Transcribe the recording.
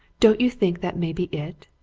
don't you think that may be it?